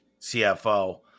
CFO